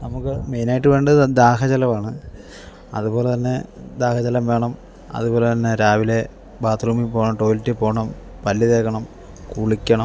നമുക്ക് മെയിനായിട്ട് വേണ്ടത് ദാഹജലമാണ് അതുപോലെ തന്നെ ദാഹജലം വേണം അതുപോലെ തന്നെ രാവിലെ ബാത്റൂമിൽ പോകണം ടോയിലെറ്റിൽ പോകണം പല്ല് തേക്കണം കുളിക്കണം